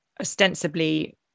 ostensibly